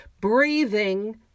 breathing